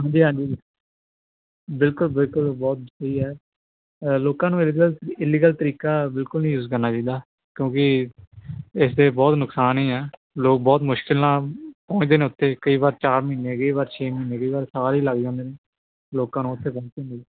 ਹਾਂਜੀ ਹਾਂਜੀ ਬਿਲਕੁਲ ਬਿਲਕੁਲ ਬਹੁਤ ਸਹੀ ਹੈ ਲੋਕਾਂ ਨੂੰ ਇਰੀ ਇਲੀਗਲ ਤਰੀਕਾ ਬਿਲਕੁਲ ਨਹੀਂ ਯੂਜ ਕਰਨਾ ਚਾਹੀਦਾ ਕਿਉਂਕਿ ਇਸਦੇ ਬਹੁਤ ਨੁਕਸਾਨ ਹੀ ਆ ਲੋਕ ਬਹੁਤ ਮੁਸ਼ਕਿਲ ਨਾਲ ਪਹੁੰਚਦੇ ਨੇ ਉਥੇ ਕਈ ਵਾਰ ਚਾਰ ਮਹੀਨੇ ਕਈ ਵਾਰ ਛੇ ਮਹੀਨੇ ਕਈ ਵਾਰ ਸਾਲ ਹੀ ਲੱਗ ਜਾਂਦੇ ਨੇ ਲੋਕਾਂ ਨੂੰ ਉਥੇ ਪਹੁੰਚਣ ਲਈ